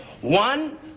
One